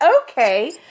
Okay